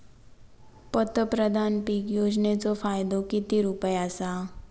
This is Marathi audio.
पंतप्रधान पीक योजनेचो फायदो किती रुपये आसा?